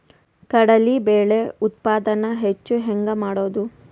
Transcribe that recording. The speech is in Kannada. ಕಡಲಿ ಬೇಳೆ ಉತ್ಪಾದನ ಹೆಚ್ಚು ಹೆಂಗ ಮಾಡೊದು?